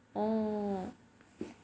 oh